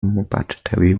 budgetary